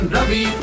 Ravi